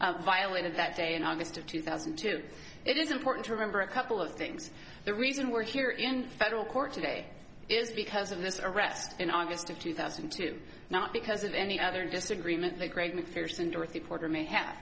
t violated that day in august of two thousand and two it is important to remember a couple of things the reason we're here in federal court today is because of this arrest in august of two thousand and two not because of any other disagreement the great macpherson dorothy porter may have